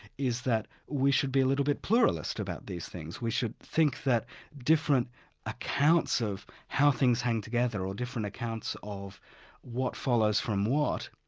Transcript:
is that we should be a little bit pluralist about these things, we should think that different accounts of how things hang together or different accounts of what follows from what,